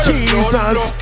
Jesus